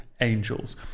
angels